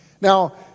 Now